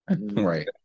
right